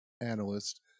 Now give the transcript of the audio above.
analyst